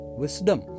wisdom